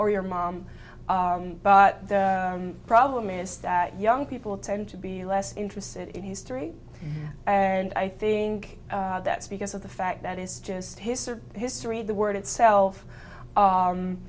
or your mom but the problem is that young people tend to be less interested in history and i think that's because of the fact that is just his sort of history of the word itself